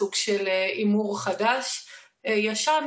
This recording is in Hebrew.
הודעה למזכירת הכנסת, בבקשה.